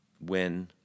win